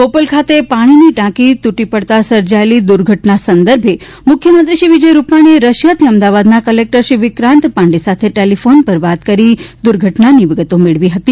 બોપલ ખાતે પાણીની ટાંકી તૂટી પડતા સર્જાયેલી દુર્ઘટના સંદર્ભે મુખ્યમંત્રી શ્રી વિજય રૂપાણીએ રશિયાથી અમદાવાદના કલેક્ટર શ્રી વિક્રાંત પાંડે સાથે ટેલીફોન પર વાત કરી દુર્ઘટનાની વિગતો મેળવી હતી